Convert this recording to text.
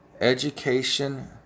education